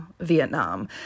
Vietnam